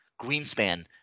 Greenspan